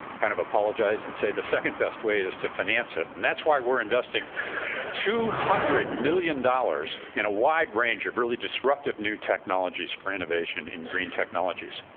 kind of, apologize and say the second best way is to finance it. and that's why we're investing two hundred million dollars in a wide range of really disruptive new technologies for innovation in green technologies.